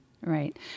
Right